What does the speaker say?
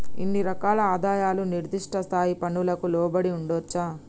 ఇన్ని రకాల ఆదాయాలు నిర్దిష్ట స్థాయి పన్నులకు లోబడి ఉండొచ్చా